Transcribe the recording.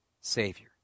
Savior